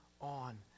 on